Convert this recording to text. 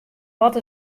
wat